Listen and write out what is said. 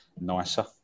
nicer